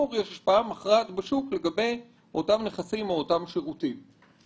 שאם לא ניתן לקדם באופן מספק רפורמות תחרותיות בשיתוף פעולה,